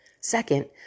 second